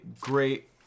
great